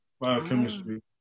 biochemistry